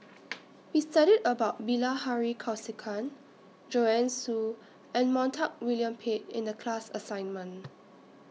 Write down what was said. We studied about Bilahari Kausikan Joanne Soo and Montague William Pett in The class assignment